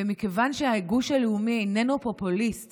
ומכיוון שהגוש הלאומי איננו פופוליסט